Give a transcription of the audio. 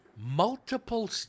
multiple